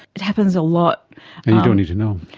it happens a lot. and you don't need to know.